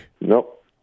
Nope